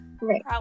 right